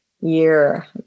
year